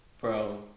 Bro